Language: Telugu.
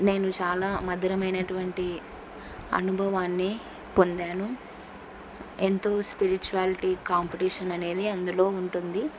నేను చాలా మధురమైనటువంటి అనుభవాన్ని పొందాను ఎంతో స్పిరిచువాలిటీ కాంపిటీషన్ అనేది అందులో ఉంటుంది